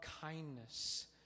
kindness